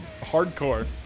hardcore